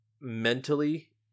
mentally